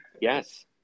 Yes